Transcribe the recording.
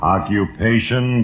Occupation